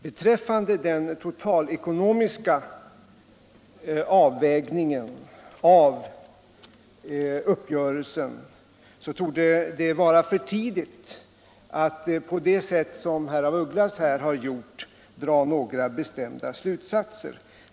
Beträffande den totalekonomiska avvägningen av uppgörelsen torde det vara för tidigt att på det sätt som herr af Ugglas här har gjort dra några bestämda slutsatser.